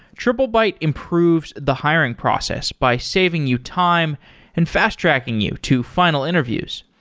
triplebyte improves the hiring process by saving you time and fast-tracking you to final interviews.